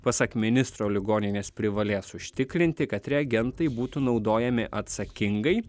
pasak ministro ligoninės privalės užtikrinti kad reagentai būtų naudojami atsakingai